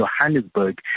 Johannesburg